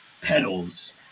pedals